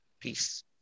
Peace